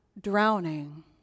drowning